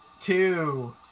two